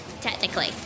technically